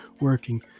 working